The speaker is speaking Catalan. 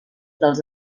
dels